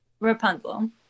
Rapunzel